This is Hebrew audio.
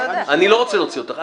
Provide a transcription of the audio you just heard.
אני לא רוצה להוציא אותך.